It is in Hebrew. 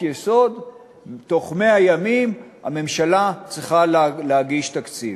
בתוך 100 ימים הממשלה צריכה להגיש תקציב.